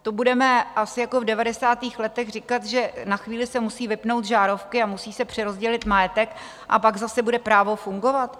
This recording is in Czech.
To budeme asi jako v devadesátých letech říkat, že na chvíli se musí vypnout žárovky, musí se přerozdělit majetek a pak zase bude právo fungovat?